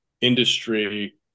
industry